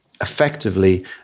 effectively